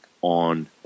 on